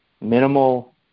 minimal